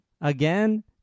Again